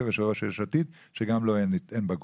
ויושב ראש יש עתיד שגם לו אין בגרות,